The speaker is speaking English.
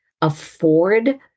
afford